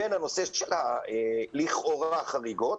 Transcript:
בין הנושא של לכאורה חריגות